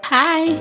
hi